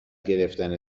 گرفتن